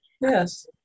Yes